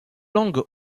langues